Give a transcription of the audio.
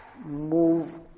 move